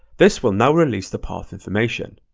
this will now release the path information.